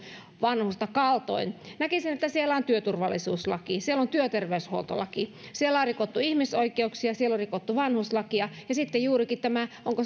vanhusta kaltoin näkisin että siellä on työturvallisuuslaki siellä on työterveyshuoltolaki siellä on rikottu ihmisoikeuksia siellä on rikottu vanhuslakia ja sitten on juurikin tämä onko